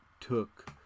took